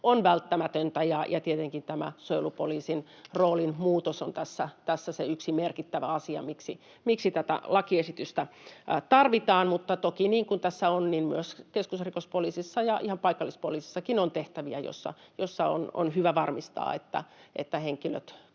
on välttämätöntä. Tietenkin suojelupoliisin roolin muutos on tässä se yksi merkittävä asia, miksi tätä lakiesitystä tarvitaan. Mutta toki, niin kuin tässä on, myös keskusrikospoliisissa ja ihan paikallispoliisissakin on tehtäviä, joissa on hyvä varmistaa, että kun